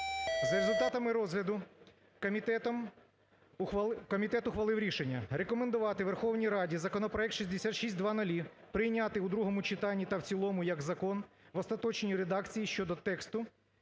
За результатами розгляду, комітет ухвалив рішення, рекомендувати Верховній Раді законопроект 6600 прийняти у другому читанні та в цілому як закон в остаточній редакції щодо тексту,